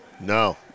No